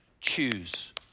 choose